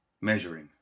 measuring